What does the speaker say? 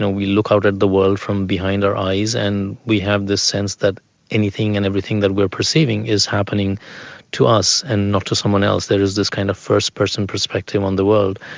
ah we look out at the world from behind our eyes and we have this sense that anything and everything that we are perceiving is happening to us and not to someone else. there is this kind of first-person perspective on the world.